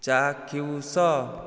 ଚାକ୍ଷୁଷ